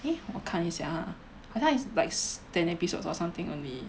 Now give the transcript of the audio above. eh 我看一下 ah I think it's likes s~ ten episodes or something only